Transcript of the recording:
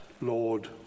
Lord